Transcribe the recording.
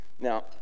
Now